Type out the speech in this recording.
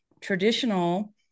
traditional